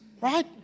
Right